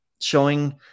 showing